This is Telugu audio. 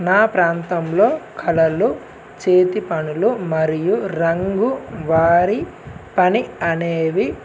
నా ప్రాంతంలో కలలు చేతి పనులు మరియు రంగు వారి పని అనేవి